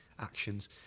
actions